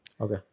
Okay